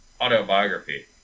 autobiography